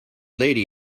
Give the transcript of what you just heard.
lady